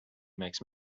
makes